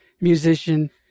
musician